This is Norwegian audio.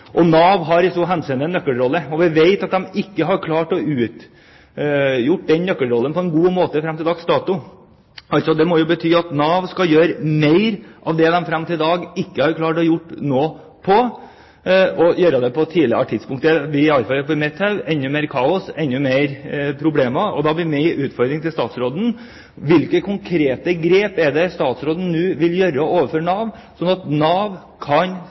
Nav har i så henseende en nøkkelrolle. Vi vet at Nav ikke har klart å utføre den nøkkelrollen på en god måte til dags dato. Det må bety av Nav skal gjøre mer av det man fram til i dag ikke har klart å gjøre noe av, og gjøre det på et tidligere tidspunkt. Det blir – i alle fall etter mitt hode – enda mer kaos, enda mer problemer. Da blir min utfordring til statsråden: Hvilke konkrete grep er det statsråden nå vil gjøre overfor Nav, sånn at Nav kan